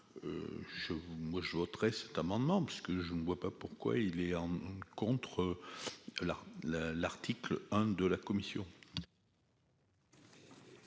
je voterai cet amendement parce que je ne vois pas pourquoi il est contre la la l'article 1 de la commission.